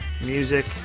music